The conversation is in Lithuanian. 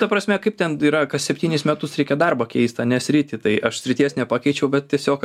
ta prasme kaip ten yra kas septynis metus reikia darbą keist ne sritį tai aš srities nepakeičiau bet tiesiog